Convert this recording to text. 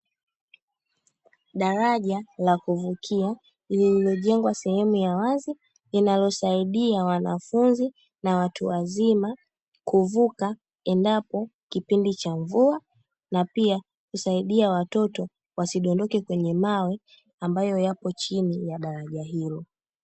Daraja la kuvukia lililo jengwa sehemu ya wazi, linalosaidia wanafunzi na watu wazima kuvuka endapo kipindi cha mvua, na pia husaidia watoto wasidondoke kwenye mawe ambayo yapo chini ya daraja hili.